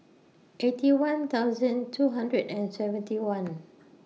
Eighty One thousand two hundred and seventy one